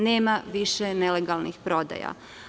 Nema više nelegalnih prodaja.